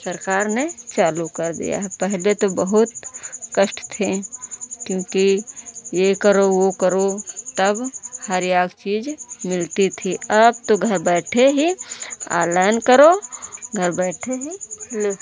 सरकार ने चालू कर दिया है पहले तो बहुत कष्ट थे क्योंकि यह करो वह करो तब हर एक चीज़ मिलती थी अब तो घर बैठे ही ऑनलाइन करो घर बैठे ही लो